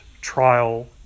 trial